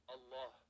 Allah